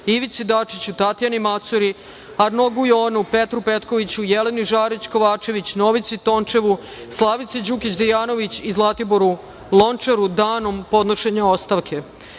Ivici Dačiću, Tatjani Macuri, Arno Gujonu, Petru Petkoviću, Jeleni Žarić Kovačević, Novici Tončevu, Slavici Đukić Dejanović i Zlatiboru Lončaru danom podnošenja ostavke. Saglasno